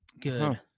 Good